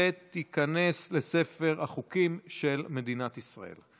ותיכנס לספר החוקים של מדינת ישראל.